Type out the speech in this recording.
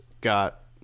got